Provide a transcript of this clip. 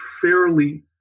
fairly